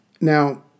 Now